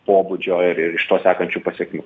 pobūdžio ir ir iš to sekančių pasekmių